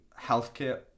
healthcare